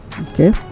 Okay